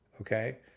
Okay